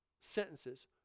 sentences